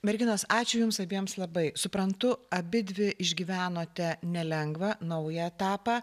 merginos ačiū jums abiems labai suprantu abidvi išgyvenote nelengvą naują etapą